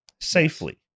safely